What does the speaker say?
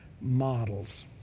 models